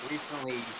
Recently